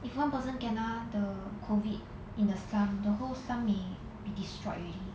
if one person kena the COVID in the slum the whole slum may be destroyed already